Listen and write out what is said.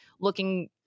looking